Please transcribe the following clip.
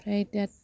ओमफ्राय दा